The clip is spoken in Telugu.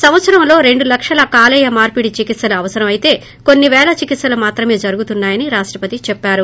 సంవత్సరంలో రెండు లక్షల కాలేయ మార్పిడి చికిత్పలు అవసరం అయితే కొన్పి పేల చికిత్పలు మాత్రమే జరుగుతున్నాయని రాష్టపతి చెప్పారు